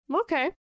Okay